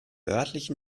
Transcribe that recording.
örtlichen